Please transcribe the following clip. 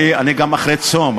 אני גם אחרי צום,